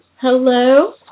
Hello